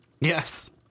Yes